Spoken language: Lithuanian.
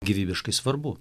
gyvybiškai svarbu